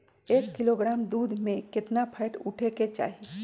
एक किलोग्राम दूध में केतना फैट उठे के चाही?